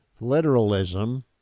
literalism